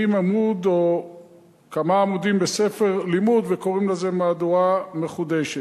עמוד או כמה עמודים בספר לימוד וקוראים לזה מהדורה מחודשת.